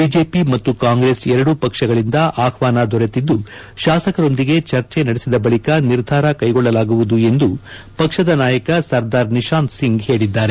BJP ಮತ್ತು ಕಾಂಗ್ರೆಸ್ ಎರಡೂ ಪಕ್ಷಗಳಿಂದ ಆಹ್ವಾನ ದೊರೆತಿದ್ದು ಶಾಸಕರೊಂದಿಗೆ ಚರ್ಚೆ ನಡೆಸಿದ ಬಳಿಕ ನಿರ್ಧಾರ ಕ್ಲೆಗೊಳ್ಳಲಾಗುವುದು ಎಂದು ಪಕ್ಷದ ನಾಯಕ ಸರ್ದಾರ್ ನಿಶಾಂತ್ ಸಿಂಗ್ ಹೇಳಿದ್ದಾರೆ